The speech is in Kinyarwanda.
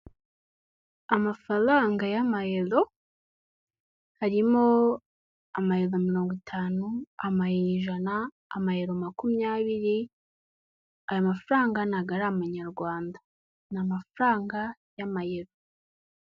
Amafaranga y'amayero, harimo amayero mirongo itanu, amayero ijana, amayero makumyabiri, aya mafaranga ntabwo ari amanyarwanda ni amafaranga y'amayero.